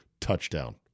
touchdown